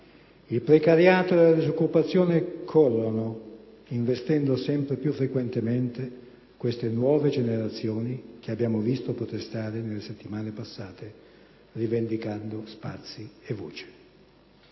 Il precariato e la disoccupazione corrono, investendo sempre più frequentemente queste nuove generazioni che abbiamo visto protestare nelle settimane passate, rivendicando spazi e voce.